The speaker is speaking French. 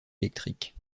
électrique